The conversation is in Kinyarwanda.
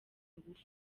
ngufu